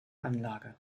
anlage